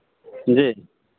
जी